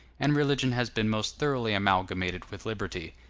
and religion has been most thoroughly amalgamated with liberty.